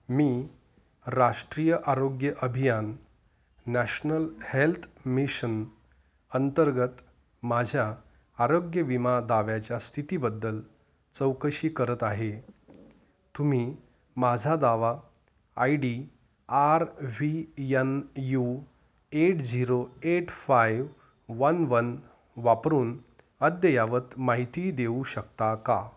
मी राष्ट्रीय आरोग्य अभियान नॅशनल हेल्थ मिशन अंतर्गत माझ्या आरोग्य विमा दाव्याच्या स्थितीबद्दल चौकशी करत आहे तुम्ही माझा दावा I D R V N U eight zero eight five one one वापरून अद्ययावत माहिती देऊ शकता का